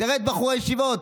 תראה את בחורי הישיבות: